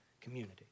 community